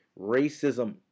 racism